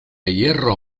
hierro